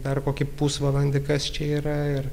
dar kokį pusvalandį kas čia yra ir